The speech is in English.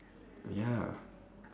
ya